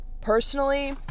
Personally